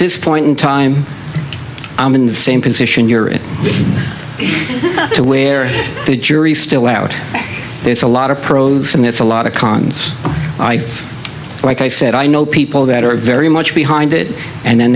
this point in time i'm in the same position you're in to where the jury's still out there's a lot of pros and it's a lot of cons like i said i know people that are very much behind it and then